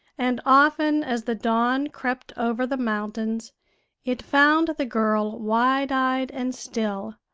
and often as the dawn crept over the mountains it found the girl wide-eyed and still,